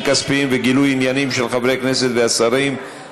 כספיים וגילוי עניינים של חברי הכנסת והשרים,